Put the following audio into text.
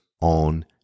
on